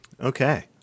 Okay